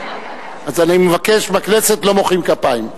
אז אני מבקש, בכנסת לא מוחאים כפיים.